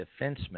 defenseman